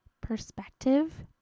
perspective